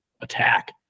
attack